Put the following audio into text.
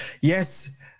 Yes